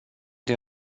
din